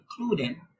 including